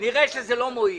נראה שזה לא מועיל,